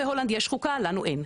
בהולנד יש חוקה לנו אין,